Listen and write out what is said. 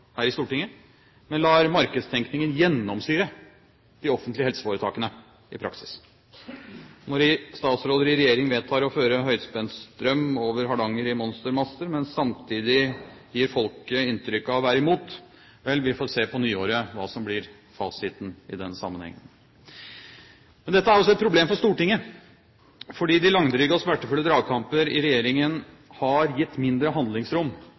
her i Stortinget, men lar markedstenkningen gjennomsyre de offentlige helseforetakene i praksis når statsråder i regjering vedtar å føre høyspentstrøm over Hardanger i monstermaster, men samtidig gir folket inntrykk av å være imot. Vel, vi får se på nyåret hva som blir fasiten i den sammenhengen Dette er også et problem for Stortinget, fordi de langdryge og smertefulle dragkampene i regjeringen har gitt mindre handlingsrom